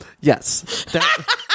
Yes